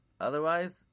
Otherwise